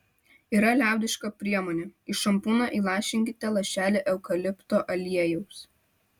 yra liaudiška priemonė į šampūną įlašinkite lašelį eukalipto aliejaus